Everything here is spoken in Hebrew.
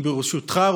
ברשותך,